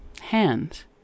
hands